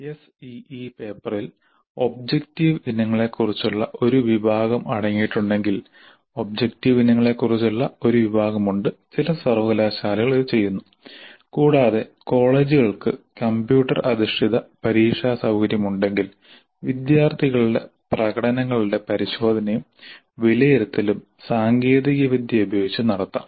SEE പേപ്പറിൽ objective ഇനങ്ങളെക്കുറിച്ചുള്ള ഒരു വിഭാഗം അടങ്ങിയിട്ടുണ്ടെങ്കിൽ ഒബ്ജക്റ്റീവ് ഇനങ്ങളെക്കുറിച്ചുള്ള ഒരു വിഭാഗമുണ്ട് ചില സർവകലാശാലകൾ ഇത് ചെയ്യുന്നു കൂടാതെ കോളേജുകൾക്ക് കമ്പ്യൂട്ടർ അധിഷ്ഠിത പരീക്ഷാ സൌകര്യമുണ്ടെങ്കിൽ വിദ്യാർത്ഥികളുടെ പ്രകടനങ്ങളുടെ പരിശോധനയും വിലയിരുത്തലും സാങ്കേതികവിദ്യ ഉപയോഗിച്ച് നടത്താം